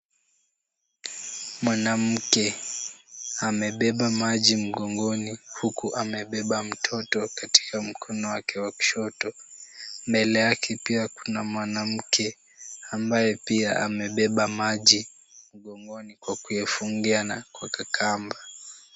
Mwanamke amebeba maji mgongoni huku amebeba mtoto katika mkono wake wa kushoto, mbele yake pia kuna mwanamke ambaye pia amebeba maji mgogoni kwa kuyafungia na kuweka kamba.